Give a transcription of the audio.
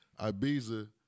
Ibiza